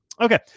Okay